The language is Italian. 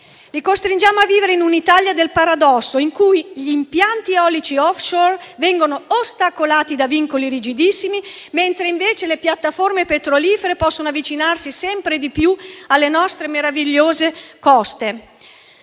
Li costringiamo a vivere in un'Italia del paradosso, in cui gli impianti eolici *offshore* vengono ostacolati da vincoli rigidissimi, mentre invece le piattaforme petrolifere possono avvicinarsi sempre di più alle nostre meravigliose coste.